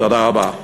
תודה רבה.